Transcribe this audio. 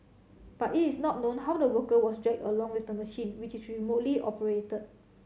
but it is not known how the worker was dragged along with the machine which is remotely operated